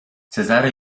cezary